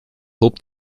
hob